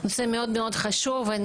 נושא מאוד-מאוד חשוב.